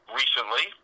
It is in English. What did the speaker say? recently